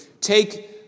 take